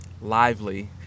lively